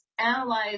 analyze